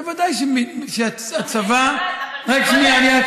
בוודאי שהצבא, רק שנייה.